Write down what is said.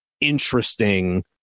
interesting